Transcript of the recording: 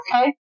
okay